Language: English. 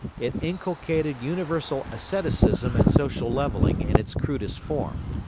it inculcated universal asceticism and social levelling in its crudest form.